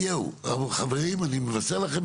חברים אני מבשר לכם,